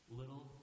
little